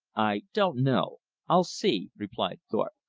i don't know i'll see, replied thorpe.